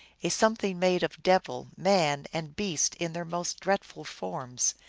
a something made of devil, man, and beast in their most dreadful forms.